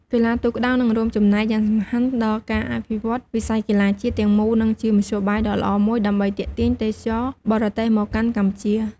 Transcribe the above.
កីឡាទូកក្ដោងនឹងរួមចំណែកយ៉ាងសំខាន់ដល់ការអភិវឌ្ឍន៍វិស័យកីឡាជាតិទាំងមូល និងជាមធ្យោបាយដ៏ល្អមួយដើម្បីទាក់ទាញទេសចរណ៍បរទេសមកកាន់កម្ពុជា។